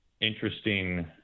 interesting